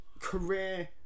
career